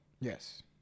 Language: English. yes